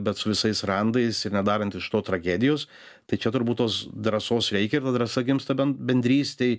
bet su visais randais ir nedarant iš to tragedijos tai čia turbūt tos drąsos reikia ir ta drąsa gimsta bend bendrystėj